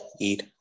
eat